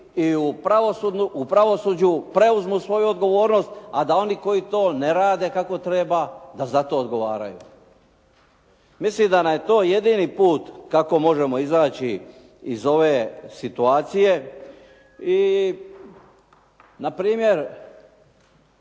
i u pravosuđu preuzmu svoju odgovornost a da oni koji to ne rade kako treba da za to odgovaraju. Mislim da nam je to jedini put kako možemo izaći iz ove situacije i na primjer